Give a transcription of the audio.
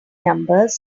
numbers